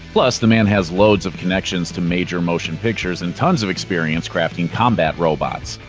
plus, the man has loads of connections to major motion pictures and tons of experience crafting combat robots.